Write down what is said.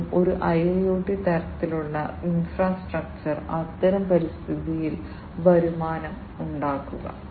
പകരം ഒരു IIoT തരത്തിലുള്ള ഇൻഫ്രാസ്ട്രക്ചർ അത്തരം പരിതസ്ഥിതിയിൽ വരുമാനം ഉണ്ടാക്കുക